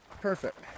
Perfect